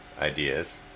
ideas